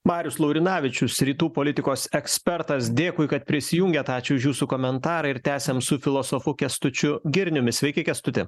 marius laurinavičius rytų politikos ekspertas dėkui kad prisijungėt ačiū už jūsų komentarą ir tęsiam su filosofu kęstučiu girniumi sveiki kęstuti